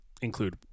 include